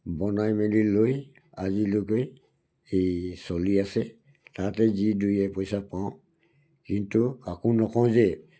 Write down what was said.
বনাই মেলি লৈ আজিলৈকে এই চলি আছে তাতেই যি দুই এপইচা পাওঁ কিন্তু আকৌ নকওঁ যে